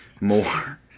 more